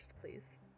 please